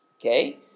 okay